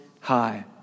High